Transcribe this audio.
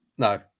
No